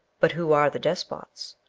but who are the despots?